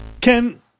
Ken